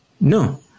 No